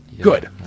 good